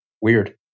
Weird